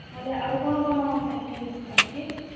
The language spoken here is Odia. ତାହେଲେ ଆଉ କ'ଣ କ'ଣ ସବୁ ଅଛି